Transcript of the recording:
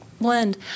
blend